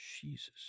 Jesus